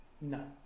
No